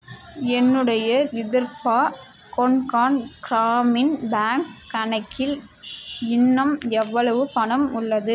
என்னுடைய விதர்பா கொன்கான் கிராமின் பேங்க் கணக்கில் இன்னும் எவ்வளவு பணம் உள்ளது